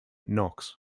knox